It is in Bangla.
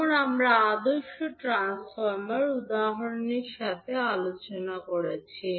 যেমন আমরা আদর্শ ট্রান্সফর্মার উদাহরণের সাহায্যে আলোচনা করেছি